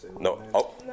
no